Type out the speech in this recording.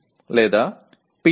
க்கள் அல்லது பி